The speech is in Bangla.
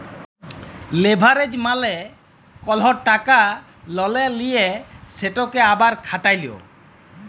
লেভারেজ মালে কল টাকা ললে লিঁয়ে সেটকে আবার খাটালো